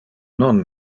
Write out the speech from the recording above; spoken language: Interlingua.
non